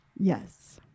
Yes